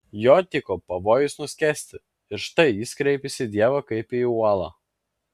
jo tyko pavojus nuskęsti ir štai jis kreipiasi į dievą kaip į uolą